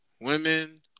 women